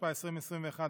התשפ"א 2021,